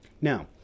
Now